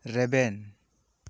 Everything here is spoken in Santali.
ᱨᱮᱵᱮᱱ